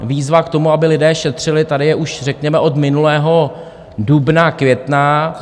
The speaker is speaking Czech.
Výzva k tomu, aby lidé šetřili, tady je už řekněme od minulého dubna, května.